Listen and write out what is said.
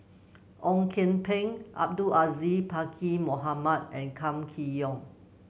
Ong Kian Peng Abdul Aziz Pakkeer Mohamed and Kam Kee Yong